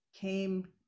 came